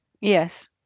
Yes